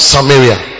Samaria